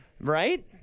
Right